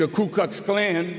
the ku klux klan